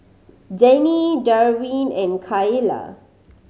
Denny Darwyn and Kaila